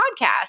podcast